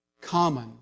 common